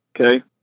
Okay